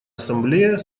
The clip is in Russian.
ассамблея